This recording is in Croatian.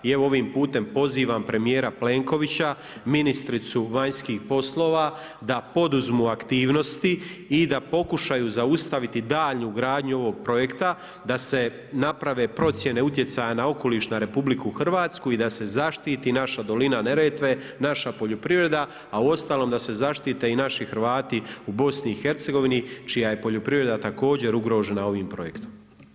I evo ovim putem pozivam premijera Plenkovića, ministricu vanjskih poslova da poduzmu aktivnosti i da pokušaju zaustaviti dalju gradnju ovog projekta, da se naprave procjene utjecaja na okoliš na Republiku Hrvatsku i da se zaštiti naša dolina Neretve, naša poljoprivreda, a uostalom da se zaštite i naši Hrvati u Bosni i Hercegovini čija je poljoprivreda također ugrožena ovim projektom.